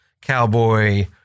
cowboy